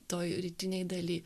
toj rytinėj daly